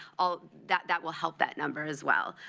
all that that will help that number as well.